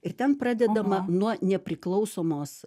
ir ten pradedama nuo nepriklausomos